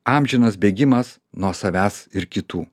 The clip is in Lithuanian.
amžinas bėgimas nuo savęs ir kitų